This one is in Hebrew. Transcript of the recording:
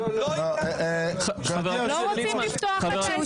לא רוצים לפתוח את ההסכם.